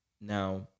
now